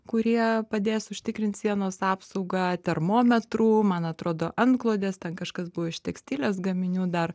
kurie padės užtikrint sienos apsaugą termometrų man atrodo antklodes ten kažkas buvo iš tekstilės gaminių dar